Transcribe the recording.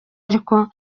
ariko